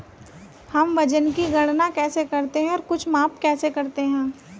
हम वजन की गणना कैसे करते हैं और कुछ माप कैसे करते हैं?